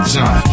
John